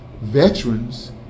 veterans